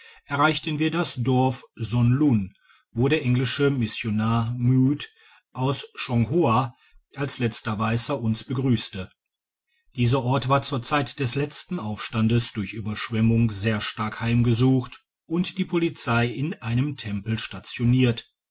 erreichten wir das dorf sonlun wo der englische missionar mood aus chonghoa als letzter weisser uns begrtisste dieser ort war zur zeit des letzten aufstandes durch ueberschwemmung sehr stark heimgesucht und die polizei in einem tempel stationiert